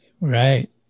right